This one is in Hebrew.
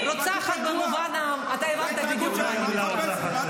רוצחת במובן, אתה הבנת בדיוק למה אני מתכוונת.